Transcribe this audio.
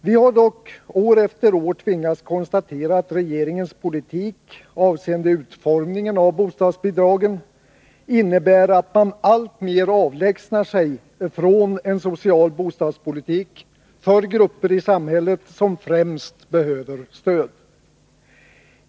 Vi har dock år efter år tvingats konstatera att regeringens politik avseende utformningen av bostadsbidragen innebär att man alltmera avlägsnar sig från en social bostadspolitik för de grupper i samhället som främst behöver stöd.